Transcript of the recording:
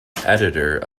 editor